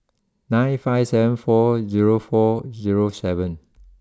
nine five seven four zero four zero seven